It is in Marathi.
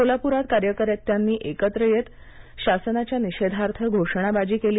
सोलाप्रात कार्यकर्त्यानी एकत्र येत शासनाच्या निषेधार्थ घोषणाबाजी केली